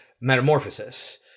metamorphosis